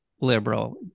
liberal